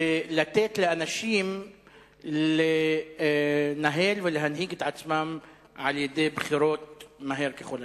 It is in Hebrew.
ולתת לאנשים לנהל ולהנהיג את עצמם על-ידי בחירות מהר ככל האפשר.